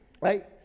Right